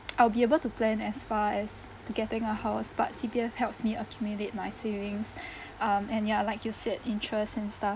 I will be able to plan as far as to getting a house but C_P_F helps me accumulate my savings um and ya like you said interests and stuff